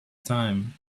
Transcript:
time